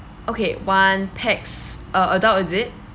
okay one paxs uh adult is it